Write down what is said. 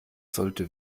sollte